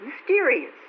mysterious